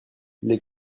les